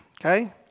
okay